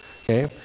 Okay